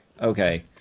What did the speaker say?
Okay